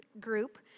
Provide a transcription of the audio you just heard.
group